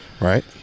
Right